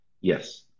Yes